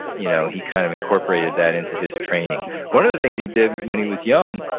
you know he kind of incorporated that into his training one of the things he did when he was young,